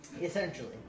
Essentially